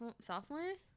sophomores